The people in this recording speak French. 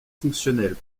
fonctionnel